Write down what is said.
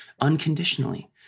unconditionally